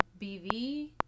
BV